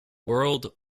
world